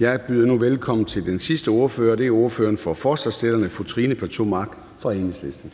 Jeg byder nu velkommen til den sidste ordfører. Det er ordføreren for forslagsstillerne, fru Trine Pertou Mach fra Enhedslisten.